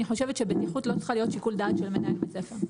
אני חושבת שבטיחות לא צריכה להיות שיקול דעת של מנהל בית ספר.